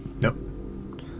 Nope